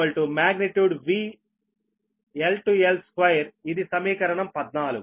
కనుక 3 magnitude Vphase2 magnitude VL L2ఇది సమీకరణం 14